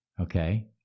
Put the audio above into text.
Okay